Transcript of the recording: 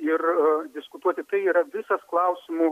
ir diskutuoti tai yra visas klausimų